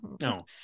no